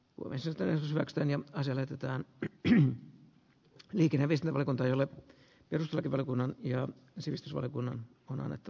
olisin tehnyt pieniä ja selitetään eri liikennemiselle on täällä peruslakivaliokunnan ja sivistysvaliokunnan on annettu